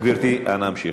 גברתי, אנא המשיכי.